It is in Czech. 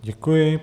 Děkuji.